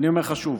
אני אומר לך שוב: